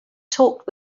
talked